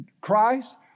Christ